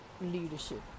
leadership